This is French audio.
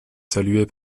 saluée